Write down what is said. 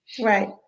right